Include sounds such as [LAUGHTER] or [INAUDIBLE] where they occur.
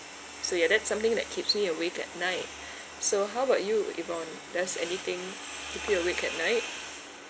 so ya that's something that keeps me awake at night [BREATH] so how about you yvonne does anything keep you awake at night